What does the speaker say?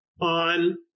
on